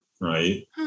right